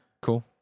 Cool